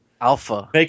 Alpha